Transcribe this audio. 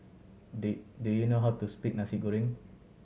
do you know how to speak Nasi Goreng